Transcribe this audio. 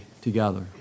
together